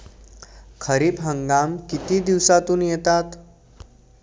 खरीप हंगाम किती दिवसातून येतात?